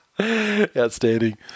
outstanding